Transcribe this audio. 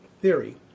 theory